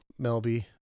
Melby